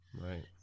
Right